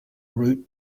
route